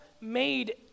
made